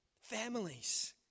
families